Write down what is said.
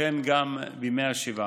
וכן גם בימי השבעה.